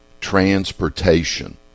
Transportation